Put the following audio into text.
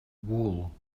wool